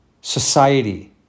society